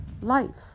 life